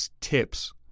tips